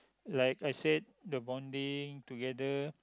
like I said the bonding together